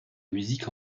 musique